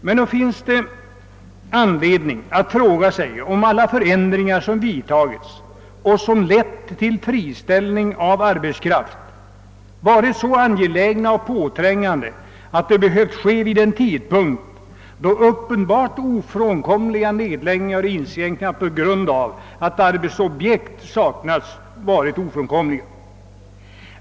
Men det finns anledning att fråga sig om alla förändringar som vidtagits och som lett till friställning av arbetskraft varit så angelägna att de behövt göras vid en tidpunkt, då uppenbarligen nedläggningar och inskränkningar som berott på avsaknad av arbetsobjekt varit ofrånkomliga.